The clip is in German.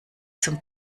zum